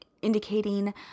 Indicating